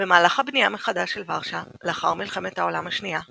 במהלך הבנייה מחדש של ורשה לאחר מלחמת העולם השנייה,